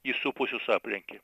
įsupusius aplenkė